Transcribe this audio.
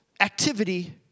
Activity